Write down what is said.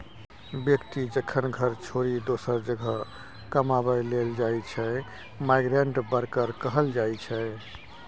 बेकती जखन घर छोरि दोसर जगह कमाबै लेल जाइ छै माइग्रेंट बर्कर कहल जाइ छै